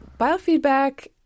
biofeedback